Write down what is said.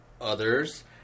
others